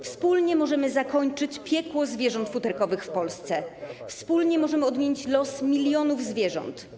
Wspólnie możemy zakończyć piekło zwierząt futerkowych w Polsce, wspólnie możemy odmienić los milionów zwierząt.